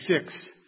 six